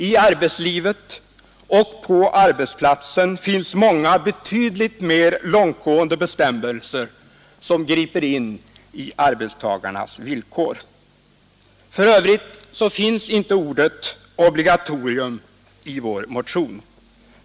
I arbetslivet och på arbetsplatsen finns många betydligt mera långtgående bestämmelser som griper in i arbetstagarnas villkor. För övrigt finns inte ordet obligatorium i vår motion.